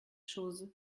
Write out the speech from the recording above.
chose